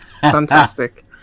fantastic